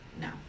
No